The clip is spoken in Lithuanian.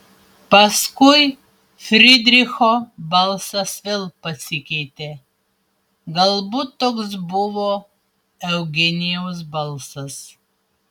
paskui frydricho balsas vėl pasikeitė galbūt toks buvo eugenijaus balsas